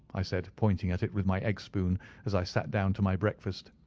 i said, pointing at it with my egg spoon as i sat down to my breakfast.